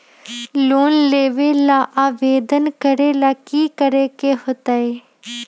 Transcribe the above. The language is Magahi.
लोन लेबे ला आवेदन करे ला कि करे के होतइ?